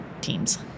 teams